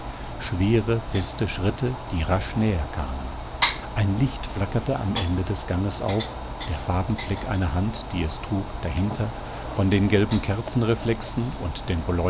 schwere feste schritte die rasch näher kamen ein licht flackerte am ende des ganges auf der farbenfleck einer hand die es trug dahinter von den gelben kerzenreflexen und den